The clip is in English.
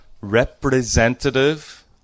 representative